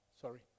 Sorry